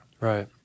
Right